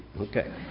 Okay